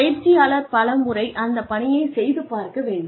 பயிற்சியாளர் பல முறை அந்த பணியைச் செய்து பார்க்க வேண்டும்